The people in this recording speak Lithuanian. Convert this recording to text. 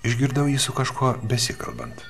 išgirdau jį su kažkuo besikalbant